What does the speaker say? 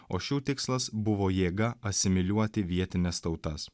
o šių tikslas buvo jėga asimiliuoti vietines tautas